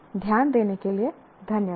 ध्यान देने के लिये धन्यवाद